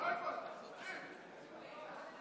שמתקנת